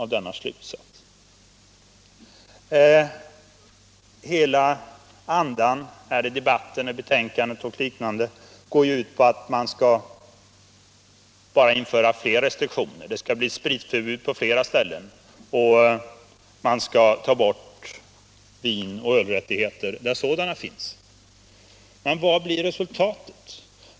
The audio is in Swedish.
Hela andan här i debatten, i betänkandet osv. bygger på att man bara skall införa fler restriktioner. Det skall bli spritförbud på flera ställen och man skall dra in vinoch ölrättigheter där sådana finns. Men vad blir resultatet?